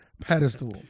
pedestal